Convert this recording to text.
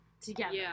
together